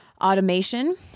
automation